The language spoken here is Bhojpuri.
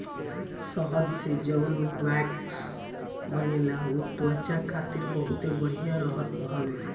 शहद से जवन वैक्स बनेला उ त्वचा खातिर बहुते बढ़िया रहत हवे